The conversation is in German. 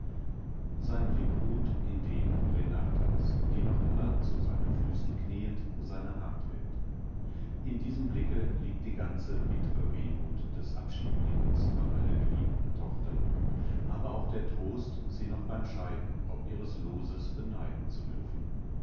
sein blick ruht in dem renatas die noch immer zu seinen füßen knieend seine hand hält in diesem blicke liegt die ganze bittre wehmut des abschiednehmens von einer geliebten tochter aber auch der trost sie noch beim scheiden ob ihres loses beneiden zu dürfen